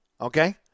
okay